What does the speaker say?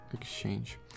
exchange